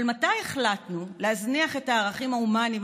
אבל מתי החלטנו להזניח את הערכים ההומניים